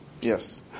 Yes